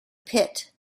pit